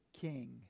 king